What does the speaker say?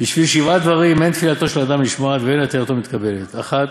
"בשביל שבעה דברים אין תפילתו של אדם נשמעת ואין עתירתו מתקבלת: אחד,